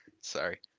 sorry